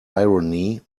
irony